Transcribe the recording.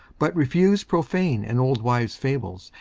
but refuse profane and old wives' fables,